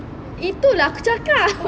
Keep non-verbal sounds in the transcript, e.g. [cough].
itu lah aku cakap [laughs]